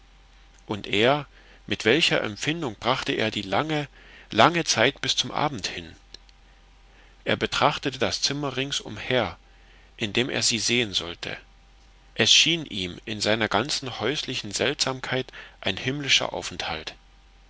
und er mit welcher empfindung brachte er die lange lange zeit bis zum abend hin er betrachtete das zimmer ringsumher in dem er sie sehen sollte es schien ihm in seiner ganzen häuslichen seltsamkeit ein himmlischer aufenthalt